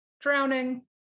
drowning